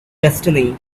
destiny